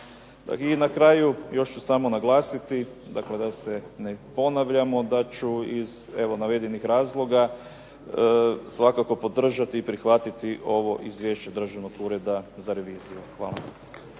I na kraju još ću samo naglasiti, dakle da se ne ponavljamo, da ću iz navedenih razloga svakako podržati i prihvatiti ovo izvješće Državnog ureda za reviziju. Hvala